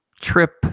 trip